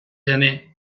gener